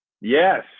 Yes